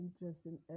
interesting